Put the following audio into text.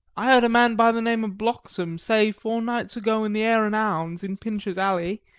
i heard a man by the name of bloxam say four nights ago in the are an ounds, in pincher's alley,